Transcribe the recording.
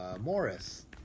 Morris